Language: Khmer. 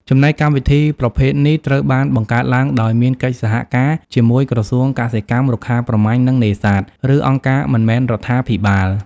ចំណែកកម្មវិធីប្រភេទនេះត្រូវបានបង្កើតឡើងដោយមានកិច្ចសហការជាមួយក្រសួងកសិកម្ម រុក្ខាប្រមាញ់ និងនេសាទ ឬអង្គការមិនមែនរដ្ឋាភិបាល។